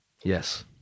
Yes